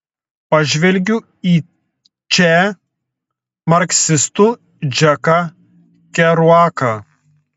pažvelgiu į če marksistų džeką keruaką